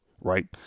right